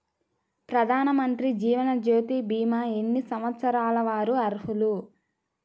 ప్రధానమంత్రి జీవనజ్యోతి భీమా ఎన్ని సంవత్సరాల వారు అర్హులు?